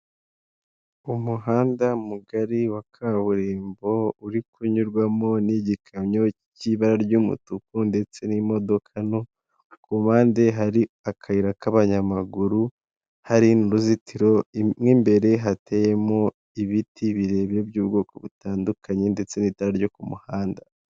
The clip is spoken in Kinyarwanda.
Umuhanda mugari wa kaburimbo, uri kunyurwamo n'igikamyo cy'ibara ry'umutuku ndetse n'imodoka nto, ku mpande hari akayira k'abanyamaguru, hari n'uruzitiro, mo imbere hateyemo ibiti birebire by'ubwoko butandukanye, ndetse n'itara ryo ku muhanda.